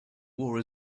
war